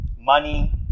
money